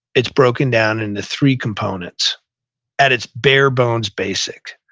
it's broken down into three components at its bare bones basic.